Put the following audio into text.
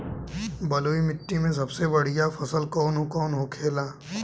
बलुई मिट्टी में सबसे बढ़ियां फसल कौन कौन होखेला?